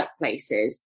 workplaces